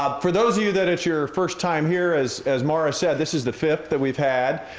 um for those of you that it's your first time here, as as maura said, this is the fifth that we've had.